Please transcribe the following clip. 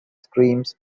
screams